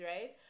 right